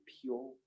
pure